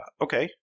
okay